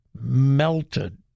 melted